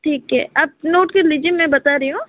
ठीक है आप नोट कर लीजिए मैं बता रही हूँ